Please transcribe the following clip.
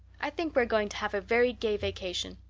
i think we're going to have a very gay vacation.